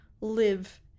live